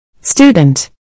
Student